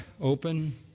open